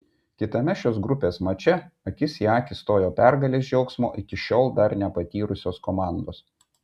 kitame šios grupės mače akis į akį stojo pergalės džiaugsmo iki šiol dar nepatyrusios komandos